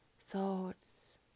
thoughts